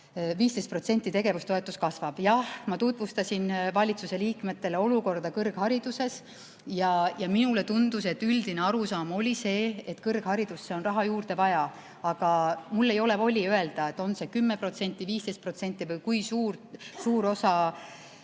15% tegevustoetus kasvab. Jah, ma tutvustasin valitsuse liikmetele olukorda kõrghariduses ja minule tundus, et üldine arusaam oli see, et kõrgharidusse on raha juurde vaja, aga mul ei ole voli öelda, on see 10%, 15% või kui suure osa